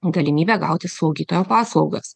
galimybę gauti slaugytojo paslaugas